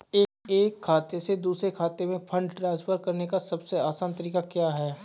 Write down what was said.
एक खाते से दूसरे खाते में फंड ट्रांसफर करने का सबसे आसान तरीका क्या है?